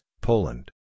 Poland